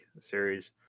series